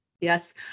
Yes